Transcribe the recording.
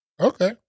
Okay